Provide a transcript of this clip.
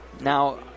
Now